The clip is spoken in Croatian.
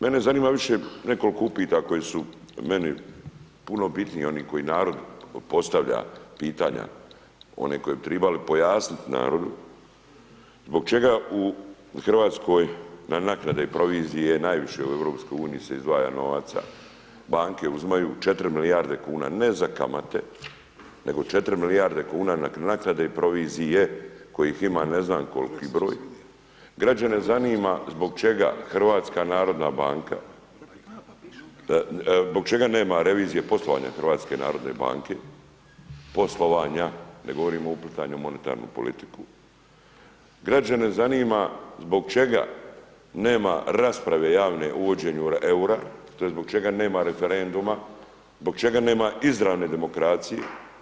Mene zanima više nekoliko upita koji su meni puno bitniji, oni koje narod postavlja pitanja, oni koji bi tribali pojasnit narodu zbog čega u RH na naknade i provizije najviše u EU se izdvaja novaca, banke uzimaju 4 milijarde kuna, ne za kamate, nego 4 milijarde kuna na naknade i provizije kojih ima ne znam koliki broj, građane zanima zbog čega HNB, zbog čega nema revizije poslovanja HNB-a, poslovanja, ne govorimo uplitanja u monetarnu politiku, građane zanima zbog čega nema rasprave javne o uvođenju EUR-a tj. zbog čega nema referenduma zbog čega nema izravne demokracije?